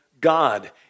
God